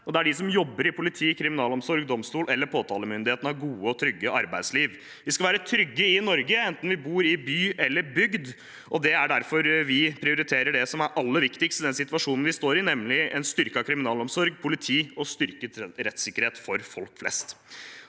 og der de som jobber i politi, kriminalomsorg, domstol eller påtalemyndighet, har et godt og trygt arbeidsliv. Vi skal være trygge i Norge enten vi bor i by eller i bygd, og det er derfor vi prioriterer det som er aller viktigst i den situasjonen vi står i, nemlig en styrket kriminalomsorg, politi og styrket rettssikkerhet for folk flest.